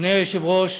אדוני היושב-ראש,